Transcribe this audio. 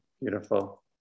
beautiful